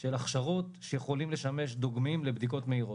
של הכשרות שיכולות לשמש דוגמים לבדיקות מהירות.